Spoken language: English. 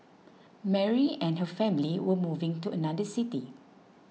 Mary and her family were moving to another city